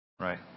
right